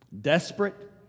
desperate